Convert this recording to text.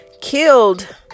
killed